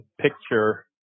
picture